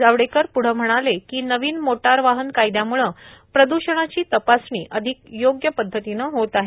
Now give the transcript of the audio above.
जावडेकर प्रढं म्हणाले की नवीन मोटार वाहन कायद्यामुळं प्रदूषणाची तपासणी अधिक योग्य पद्धतीनं होत आहे